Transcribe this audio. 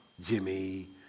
Jimmy